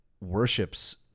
worships